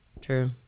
True